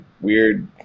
weird